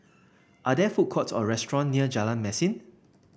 are there food courts or restaurant near Jalan Mesin